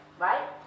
right